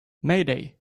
mayday